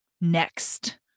next